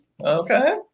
Okay